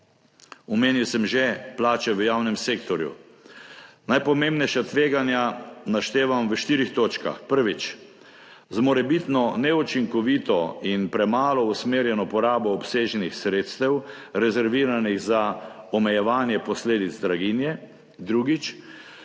Omenil sem že plače v javnem sektorju. Najpomembnejša tveganja naštevam v štirih točkah. Prvič: z morebitno neučinkovito in premalo usmerjeno porabo obsežnih sredstev, rezerviranih za omejevanje posledic draginje. Drugič: